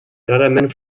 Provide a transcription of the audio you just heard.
rarament